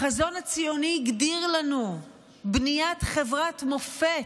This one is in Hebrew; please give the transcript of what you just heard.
החזון הציוני הגדיר לנו בניית חברת מופת,